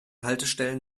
haltestellen